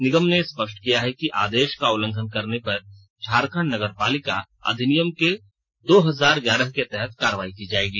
निगम ने स्पष्ट किया है कि आदेश का उल्लंघन करने पर झारखंड नगरपालिका अधिनियम के दो हजार ग्यारह के तहत कार्रवाई की जाएगी